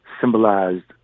symbolized